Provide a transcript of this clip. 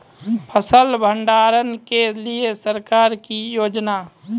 फसल भंडारण के लिए सरकार की योजना?